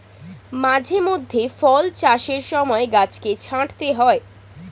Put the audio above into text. মাঝে মধ্যে ফল চাষের সময় গাছকে ছাঁটতে হয়